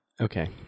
okay